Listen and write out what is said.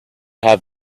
have